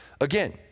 again